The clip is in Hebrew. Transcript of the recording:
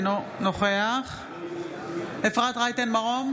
אינו נוכח אפרת רייטן מרום,